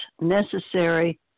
necessary